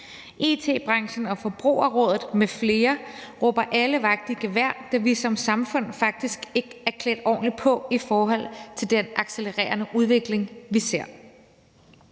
It-branchen og Forbrugerrådet m.fl. råber alle vagt i gevær, da vi som samfund faktisk ikke er klædt ordentligt på i forhold til den accelererende udvikling, vi ser.